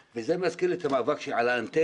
וזה מזכיר לי את המאבק שהיה בזמנו על האנטנות.